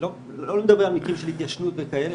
לא מדבר על מקרים של התיישנות וכאלה,